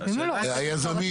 היזמים.